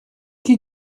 chi